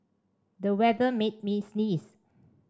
the weather made me sneeze